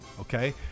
okay